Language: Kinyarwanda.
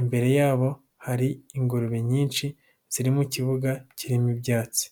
imbere yabo hari ingurube nyinshi ziri mu kibuga kirimo ibyatsi.